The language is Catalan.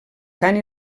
cant